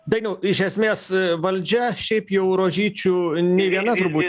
dainiau iš esmės valdžia šiaip jau rožyčių nei viena turbūt